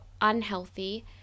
unhealthy